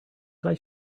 guy